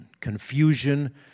confusion